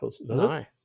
No